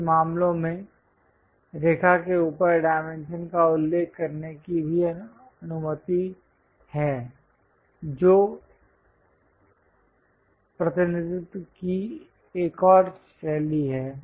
कुछ मामलों में रेखा के ऊपर डायमेंशन का उल्लेख करने की भी अनुमति है जो प्रतिनिधित्व की एक और शैली है